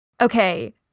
okay